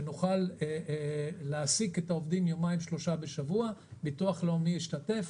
שנוכל להעסיק את העובדים יומיים שלושה בשבוע וביטוח לאומי ישתתף.